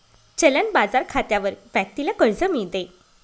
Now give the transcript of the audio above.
चलन बाजार खात्यावर व्यक्तीला कर्ज मिळते